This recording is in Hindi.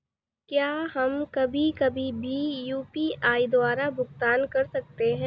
क्या हम कभी कभी भी यू.पी.आई द्वारा भुगतान कर सकते हैं?